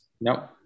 nope